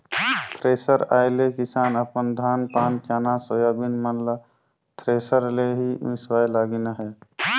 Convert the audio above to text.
thresher आए ले किसान अपन धान पान चना, सोयाबीन मन ल थरेसर ले ही मिसवाए लगिन अहे